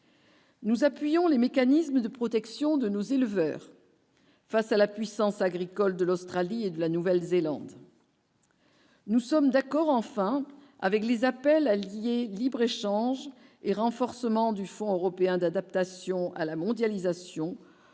Nous appuyons les mécanismes de protection de nos éleveurs. Face à la puissance agricole de l'Australie et de la Nouvelle-Zélande. Nous sommes d'accord enfin avec les appels allié de libre-échange et renforcement du Fonds européen d'adaptation à la mondialisation